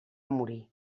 morir